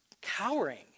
cowering